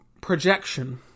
projection